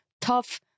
tough